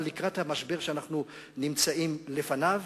אבל לקראת המשבר שאנחנו נמצאים לפניו,